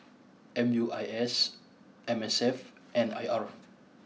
M U I S M S F and I R